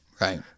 Right